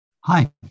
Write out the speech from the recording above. Hi